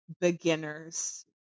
beginner's